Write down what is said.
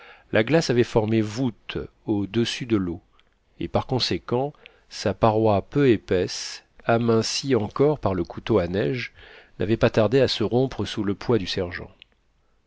la glace avait formé voûte au-dessus de l'eau et par conséquent sa paroi peu épaisse amincie encore par le couteau à neige n'avait pas tardé à se rompre sous le poids du sergent